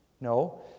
No